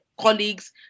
colleagues